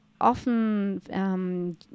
often